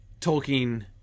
Tolkien